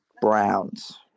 Browns